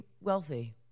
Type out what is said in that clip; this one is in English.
wealthy